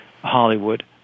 Hollywood